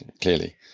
clearly